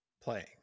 playing